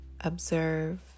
observe